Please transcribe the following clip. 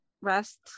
rest